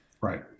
Right